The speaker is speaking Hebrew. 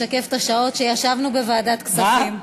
קצת משקף את השעות שישבנו בוועדת הכספים.